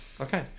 Okay